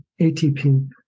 ATP